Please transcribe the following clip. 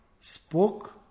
spoke